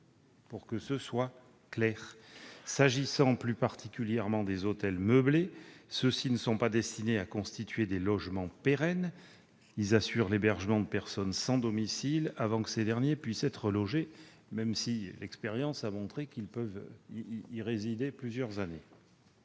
règles pour tous. S'agissant plus particulièrement des hôtels meublés, ceux-ci ne sont pas destinés à constituer des logements pérennes. Ils assurent l'hébergement de personnes sans domicile, avant que ces dernières puissent être relogées, même si l'expérience a montré qu'elles peuvent y résider plusieurs années.